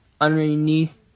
underneath